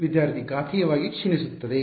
ವಿದ್ಯಾರ್ಥಿ ಘಾತೀಯವಾಗಿ ಕ್ಷೀಣಿಸುತ್ತಿದೆ